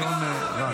השעון רץ.